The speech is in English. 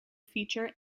feature